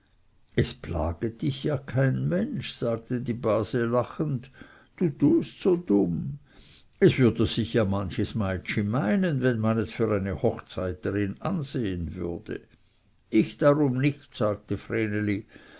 es plaget dich ja kein mensch sagte die base lachend du tust so dumm es würde sich ja manches meitschi meinen wenn man es für eine hochzeiterin ansehen würde ich darum nicht sagte